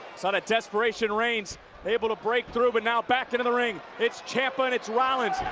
sort of desperation, reigns able to break through, but now, back into the ring, it's ciampa and it's rollins.